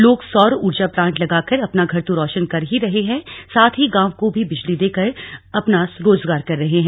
लोग सौर ऊर्जा प्लांट लगाकर अपना घर तो रोशन कर ही रहे हैं साथ ही गांव को भी बिजली देकर अपना रोजगार कर रहे हैं